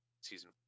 season